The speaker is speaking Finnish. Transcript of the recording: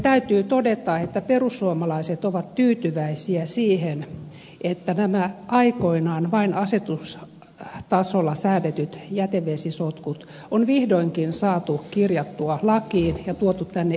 täytyy todeta että perussuomalaiset ovat tyytyväisiä siihen että nämä aikoinaan vain asetustasolla säädetyt jätevesisotkut on vihdoinkin saatu kirjattua lakiin ja tuotu tänne eduskunnan käsittelyyn